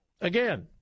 Again